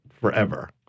forever